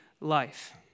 life